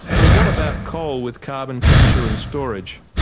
well what about coal with carbon capture and storage?